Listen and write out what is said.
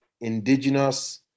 indigenous